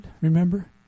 remember